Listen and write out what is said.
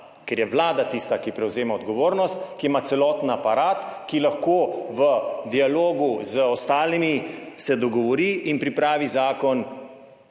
ker je vlada tista, ki prevzema odgovornost, ki ima celoten aparat, ki se lahko v dialogu z ostalimi dogovori in pripravi zakon,